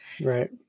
Right